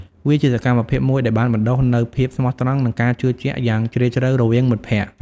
វាជាសកម្មភាពមួយដែលបានបណ្តុះនូវភាពស្មោះត្រង់និងការជឿជាក់យ៉ាងជ្រាលជ្រៅរវាងមិត្តភក្តិ។